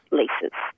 leases